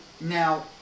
Now